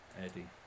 Eddie